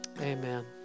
Amen